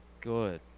Good